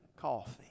Coffee